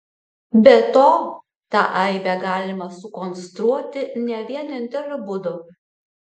be to tą aibę galima sukonstruoti ne vieninteliu būdu